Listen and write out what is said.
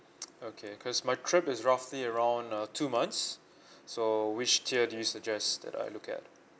okay cause my trip is roughly around uh two months so which tier do you suggest that I look at